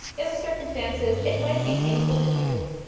in the circumstances it might be painful to you.